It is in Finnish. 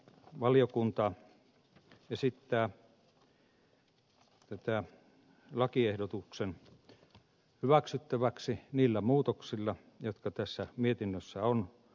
valiokunta esittää tämän lakiehdotuksen hyväksyttäväksi niillä muutoksilla jotka tässä mietinnössä on